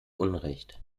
unrecht